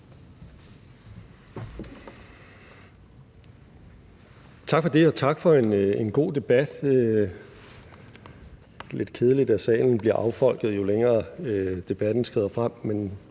Tak for det, og tak for en god debat. Det er lidt kedeligt, at salen bliver affolket, jo længere debatten skrider frem,